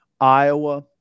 Iowa